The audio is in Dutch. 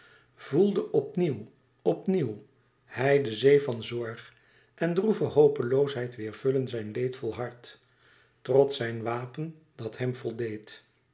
voelde op nieuw op nieùw hij de zee van zorg en droeve hopeloosheid weêr vullen zijn leedvol hart trots zijn wapen dat hem voldeed